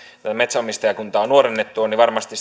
metsänomistajakuntaa nuorennettua varmasti